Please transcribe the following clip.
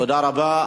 תודה רבה.